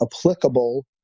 applicable